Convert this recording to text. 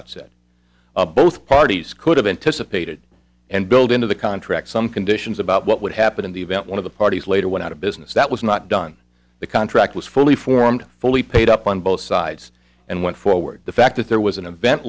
outset both parties could have anticipated and build into the contract some conditions about what would happen in the event one of the parties later went out of business that was not done the contract was fully formed fully paid up on both sides and went forward the fact that there was an event